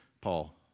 paul